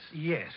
Yes